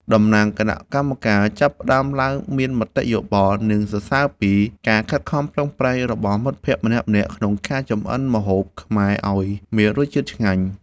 តំណាងគណៈកម្មការចាប់ផ្ដើមឡើងមានមតិយោបល់ និងសរសើរពីការខិតខំប្រឹងប្រែងរបស់មិត្តភក្តិម្នាក់ៗក្នុងការចម្អិនម្ហូបខ្មែរឱ្យមានរសជាតិឆ្ងាញ់។